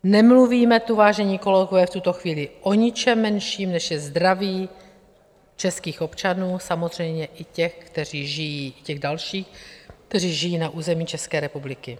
Nemluvíme tu, vážení kolegové, v tuto chvíli o ničem menším, než je zdraví českých občanů, samozřejmě i těch dalších, kteří žijí na území České republiky.